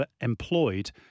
employed